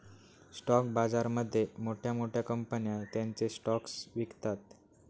stock बाजारामध्ये मोठ्या मोठ्या कंपन्या त्यांचे स्टॉक्स विकतात